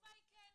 התשובה היא כן.